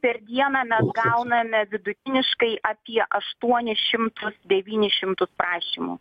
per dieną mes gauname vidutiniškai apie aštuonis šimtus devynis šimtus prašymų